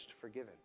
forgiven